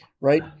right